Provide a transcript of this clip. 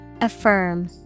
Affirm